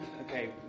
Okay